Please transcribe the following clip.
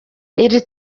iri